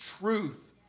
truth